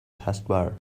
taskbar